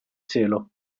cielo